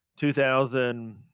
2000